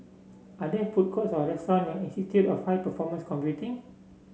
are there food courts or restaurants near Institute of High Performance Computing